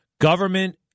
Government